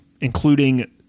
including